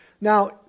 Now